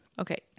Okay